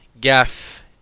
Gaff